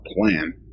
plan